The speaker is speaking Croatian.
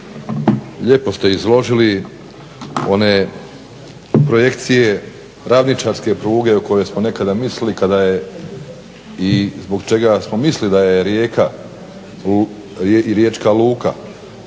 lijepo ste izložili one projekcije ravničarske pruge o kojoj smo nekada mislili kada je i zbog čega smo mislili da je rijeka i riječka luka